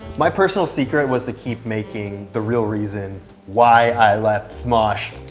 my personal secret was to keep making the real reason why i left smosh,